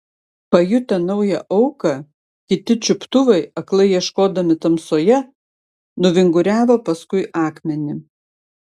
pajutę naują auką kiti čiuptuvai aklai ieškodami tamsoje nuvinguriavo paskui akmenį